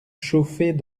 chauffer